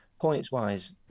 Points-wise